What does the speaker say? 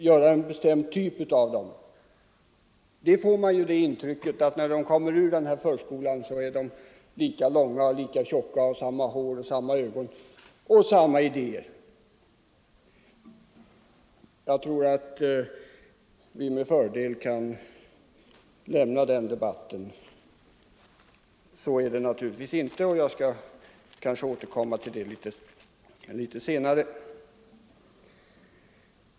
När man lyssnar till fru Sundberg får man ju intrycket att när barnen kommer ur förskolan är de lika långa och lika tjocka och har samma hår, samma ögon — och samma idéer! Jag tror att vi med fördel kan lämna den debatten. Så är det naturligtvis inte, och jag skall återkomma till det litet senare.